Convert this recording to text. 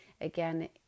again